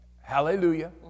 Hallelujah